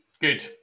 Good